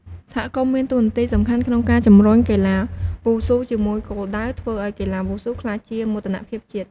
សហគមន៍មានតួនាទីសំខាន់ក្នុងការជំរុញកីឡាវ៉ូស៊ូ ជាមួយគោលដៅធ្វើឲ្យកីឡាវ៉ូស៊ូក្លាយជាមោទនភាពជាតិ។